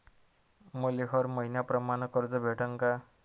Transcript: मले हर मईन्याप्रमाणं कर्ज भेटन का?